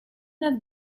not